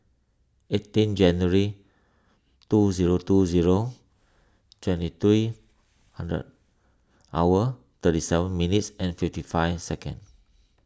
eighteen January two zero two zero twenty three hundred hour thirty seven minutes and fifty five second